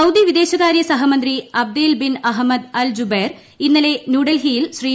Saudi വിദ്ദേശകാര്യ സഹമന്ത്രി Abdel bin Ahmed al Jubeir ശ്രീന്നലെ ന്യൂഡൽഹിയിൽ ശ്രീ